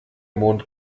mond